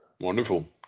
Wonderful